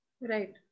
right